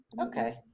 okay